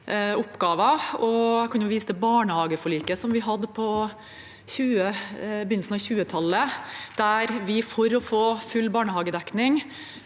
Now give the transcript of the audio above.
Jeg kan vise til barnehageforliket på begynnelsen av 2000-tallet, der vi for å få full barnehagedekning